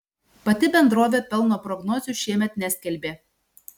pati bendrovė pelno prognozių šiemet neskelbė